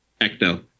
Ecto